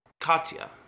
Katya